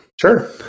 Sure